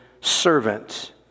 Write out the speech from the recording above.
servant